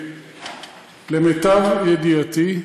שלמיטב ידיעתי,